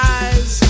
eyes